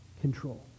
control